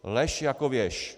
Lež jako věž.